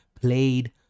played